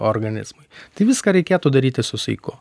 organizmui tai viską reikėtų daryti su saiku